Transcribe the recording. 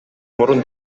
мурун